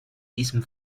diesem